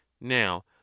now